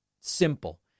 Simple